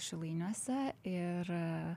šilainiuose ir